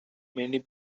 many